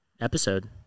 episode